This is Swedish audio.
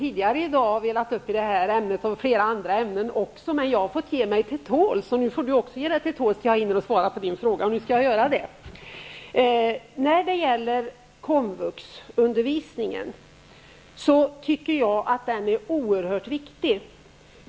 Nu får Ingvar Johnsson också ge sig till tåls, tills jag hinner svara på hans fråga. Det skall jag göra nu. Jag tycker att komvuxundervisningen är oerhört viktig.